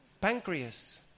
pancreas